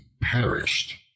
perished